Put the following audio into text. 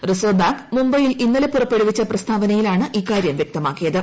reserve bank മുംബൈയിൽ ഇന്നലെ പുറപ്പെടുവിച്ച പ്രസ്താവനയിലാണ് ഇക്കാര്യം വ്യക്തമാക്കിയത്